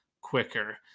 quicker